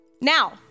Now